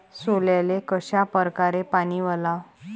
सोल्याले कशा परकारे पानी वलाव?